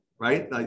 right